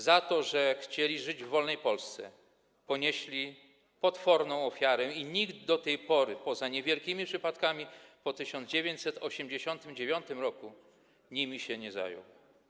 Za to, że chcieli żyć w wolnej Polsce, ponieśli potworną ofiarę i nikt do tej pory, poza niewielkimi przypadkami, po 1989 r. nimi się nie zajął.